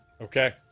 Okay